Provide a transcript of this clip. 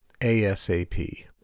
ASAP